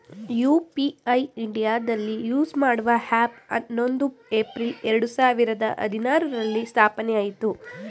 UPI ಇಂಡಿಯಾದಲ್ಲಿ use ಮಾಡುವ ಹ್ಯಾಪ್ ಹನ್ನೊಂದು ಏಪ್ರಿಲ್ ಎರಡು ಸಾವಿರದ ಹದಿನಾರುರಲ್ಲಿ ಸ್ಥಾಪನೆಆಯಿತು